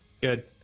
Good